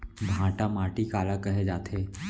भांटा माटी काला कहे जाथे?